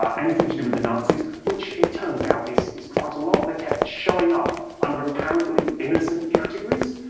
um anything to do with the nazis. which it turns out is is quite a lot. they kept showing up under apparently-innocent categories?